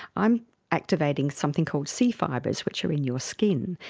i'm activating something called c fibres which are in your skin,